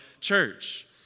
church